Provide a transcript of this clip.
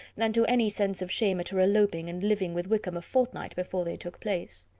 than to any sense of shame at her eloping and living with wickham a fortnight before they took place.